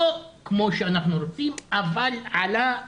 לא כפי שאנחנו רוצים אבל עלה.